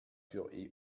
für